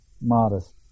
modest